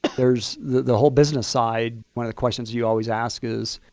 there's the whole business side. one of the questions you you always ask is,